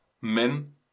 men